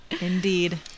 Indeed